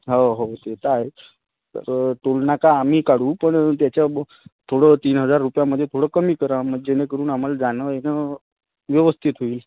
हो हो ते तं आहेच तर टोलनाका आम्ही काढू पण त्याच्या थोडं तीन हजार रुपयामध्ये थोडं कमी करा मग जेणेकरून आम्हाला जाणं येणं व्यवस्थित होईल